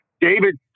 David